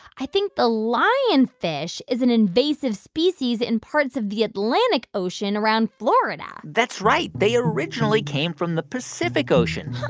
i think the lionfish is an invasive species in parts of the atlantic ocean around florida that's right. they originally came from the pacific ocean.